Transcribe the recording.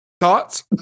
Thoughts